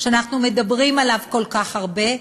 שאנחנו מדברים עליו כל כך הרבה,